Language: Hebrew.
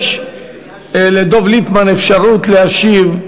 יש לדב ליפמן אפשרות להשיב,